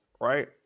right